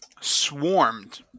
swarmed